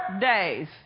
days